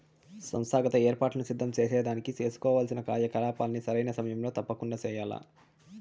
సంస్థాగత ఏర్పాట్లను సిద్ధం సేసేదానికి సేసుకోవాల్సిన కార్యకలాపాల్ని సరైన సమయంలో తప్పకండా చెయ్యాల్ల